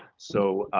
so,